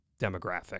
demographic